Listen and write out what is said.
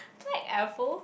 black apple